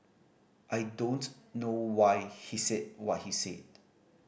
I don't know why he said what he said